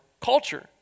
culture